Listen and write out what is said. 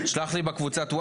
בתוך סעיף 94 להצעת החוק.